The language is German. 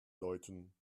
läuten